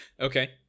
Okay